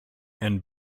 and